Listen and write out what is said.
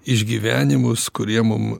išgyvenimus kurie mum